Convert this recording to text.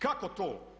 Kako to?